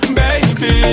baby